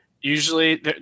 usually